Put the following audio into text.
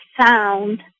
Sound